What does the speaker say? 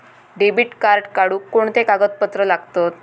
Debit card काढुक कोणते कागदपत्र लागतत?